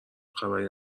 خبری